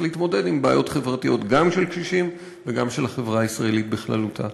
להתמודד עם בעיות חברתיות גם של קשישים וגם של החברה הישראלית בכללותה.